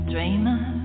dreamer